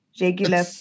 regular